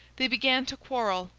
they began to quarrel,